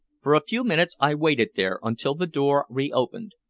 for a few minutes i waited there, until the door reopened,